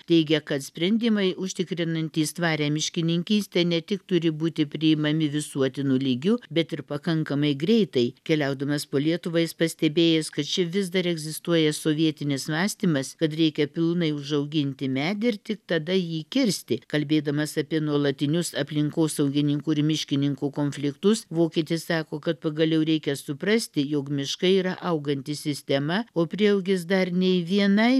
teigia kad sprendimai užtikrinantys tvarią miškininkystę ne tik turi būti priimami visuotinu lygiu bet ir pakankamai greitai keliaudamas po lietuvą jis pastebėjęs kad čia vis dar egzistuoja sovietinis mąstymas kad reikia pilnai užauginti medį ir tik tada jį kirsti kalbėdamas apie nuolatinius aplinkosaugininkų ir miškininkų konfliktus vokietis sako kad pagaliau reikia suprasti jog miškai yra auganti sistema o prieaugis dar nei vienai